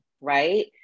right